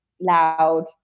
loud